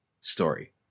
story